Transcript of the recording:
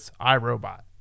iRobot